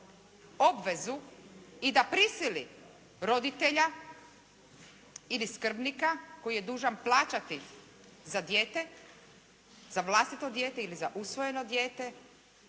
obvezu i da prisili roditelja ili skrbnika koji je dužan plaćati za dijete, za vlastito dijete ili za usvojeno dijete